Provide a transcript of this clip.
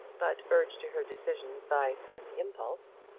but urged to her decision by sudden impulse,